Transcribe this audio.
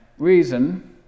reason